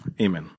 Amen